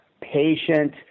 patient